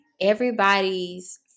Everybody's